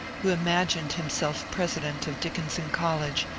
who imagined himself pre sident of dickinson college,